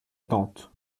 tante